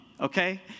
Okay